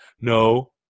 No